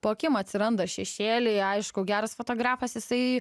po akim atsiranda šešėliai aišku geras fotografas jisai